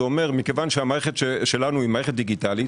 זה אומר שמכיוון שהמערכת שלנו היא מערכת דיגיטלית,